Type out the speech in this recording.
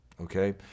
okay